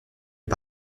est